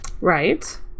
Right